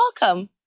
welcome